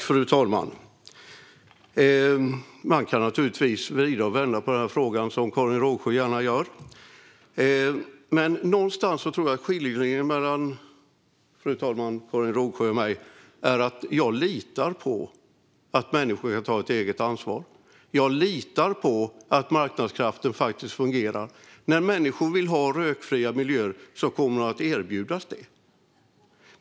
Fru talman! Man kan vrida och vända på den här frågan, vilket Karin Rågsjö gärna gör. Men jag tror att skiljelinjen mellan Karin Rågsjö och mig är att jag litar på att människor kan ta eget ansvar. Och jag litar på att marknadskrafter fungerar. När människor vill ha rökfria miljöer kommer de att erbjudas det.